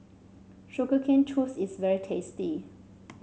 Sugar Cane Juice is very tasty